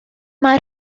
mae